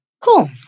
Cool